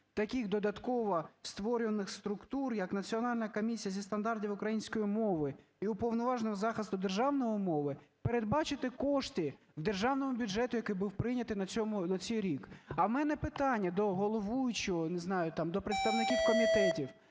таких додатково створюваних структур, як Національна комісія зі стандартів української мови і Уповноваженого із захисту державної мови передбачити кошти в державному бюджеті, який був прийнятий на цей рік. А в мене питання до головуючого, не знаю, там до представників комітетів.